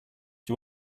you